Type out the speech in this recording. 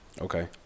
Okay